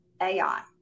AI